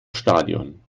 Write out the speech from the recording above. stadion